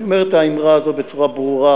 אני אומר את האמירה הזאת בצורה ברורה,